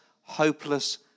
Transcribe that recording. hopeless